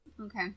Okay